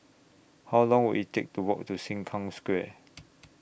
How Long Will IT Take to Walk to Sengkang Square